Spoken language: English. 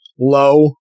low